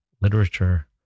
Literature